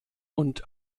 und